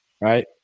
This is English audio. right